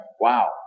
wow